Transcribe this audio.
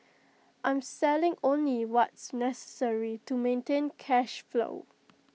I'm selling only what's necessary to maintain cash flow